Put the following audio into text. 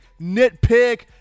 nitpick